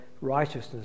righteousness